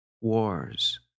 Wars